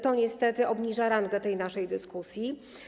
To niestety obniża rangę tej naszej dyskusji.